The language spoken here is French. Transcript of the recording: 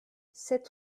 sept